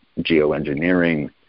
geoengineering